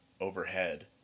overhead